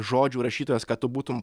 žodžių rašytojas kad tu būtum